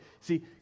See